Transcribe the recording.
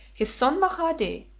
his son mahadi,